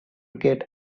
get